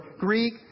Greek